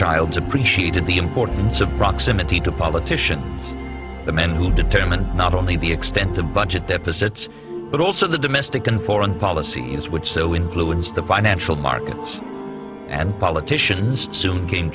rothschilds appreciated the importance of proximity to politicians the men who determine not only the extent of budget deficits but also the domestic and foreign policies which so influenced the financial markets and politicians soon came